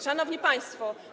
Szanowni Państwo!